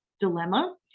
dilemma